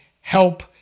help